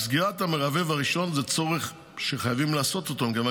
סגירת המרבב הראשון הוא צורך שחייבים לעשות אותו מכיוון